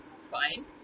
fine